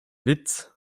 witz